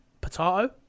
Potato